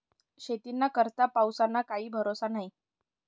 शेतीना करता पाऊसना काई भरोसा न्हई